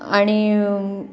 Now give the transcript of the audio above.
आणि